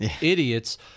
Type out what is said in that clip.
idiots